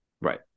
Right